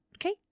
Okay